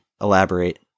elaborate